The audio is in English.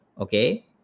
okay